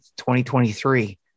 2023